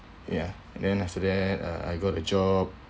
ya then after that I got a job